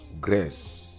grace